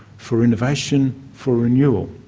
for innovation, for renewal.